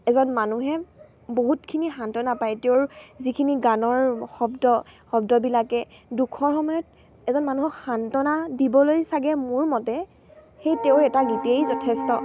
এজন মানুহে বহুতখিনি সান্তনা পায় তেওঁৰ যিখিনি গানৰ শব্দ শব্দবিলাকে দুখৰ সময়ত এজন মানুহক সান্তনা দিবলৈ চাগে মোৰ মতে সেই তেওঁৰ এটা গীতেই যথেষ্ট